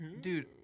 Dude